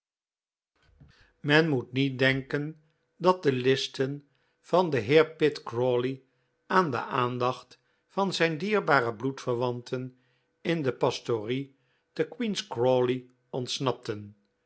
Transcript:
men moet niet denken dat de listen van den heer pitt crawley aan de aandacht van zijn dierbare bloedverwanten in de pastorie te queen's crawley ontsnapten